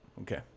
okay